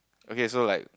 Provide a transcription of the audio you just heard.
okay so like